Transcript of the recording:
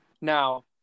Now